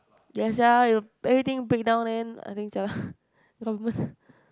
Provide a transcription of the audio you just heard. ya sia you everything breakdown then I think jialat